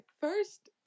First